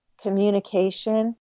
communication